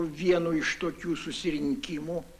vienu iš tokių susirinkimų